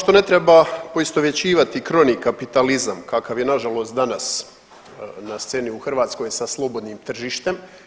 Kao što ne treba poistovjećivati kroni kapitalizam kakav je nažalost danas na sceni u Hrvatskoj sa slobodnim tržištem.